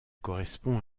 correspond